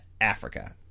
Africa